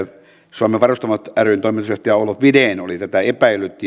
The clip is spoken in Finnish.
suomen varustamot ryn toimitusjohtaja olof widen oli tätä epäillyt